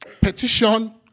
petition